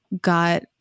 got